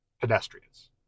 pedestrians